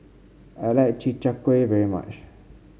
I like Chi Kak Kuih very much